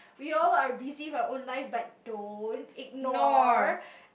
we all are busy with our own lives but don't ignore